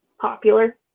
popular